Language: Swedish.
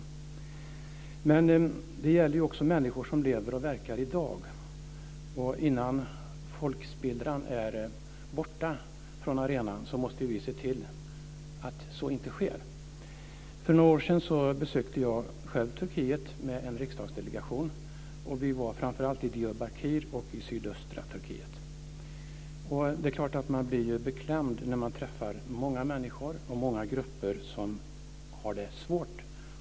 Men det gäller också människor som lever och verkar i dag. Innan folkspillran försvinner från arenan måste vi se till att så inte sker. För några år sedan besökte jag själv Turkiet med en riksdagsdelegation. Vi var framför allt i Diyarbakir och i sydöstra Turkiet. Det är klart att man blir beklämd när man träffar många människor och många grupper som har det svårt.